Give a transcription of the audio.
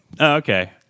Okay